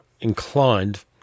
inclined